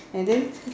and then